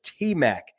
TMAC